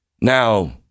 Now